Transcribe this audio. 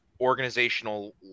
organizational